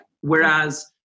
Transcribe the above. Whereas